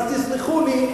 אז תסלחו לי,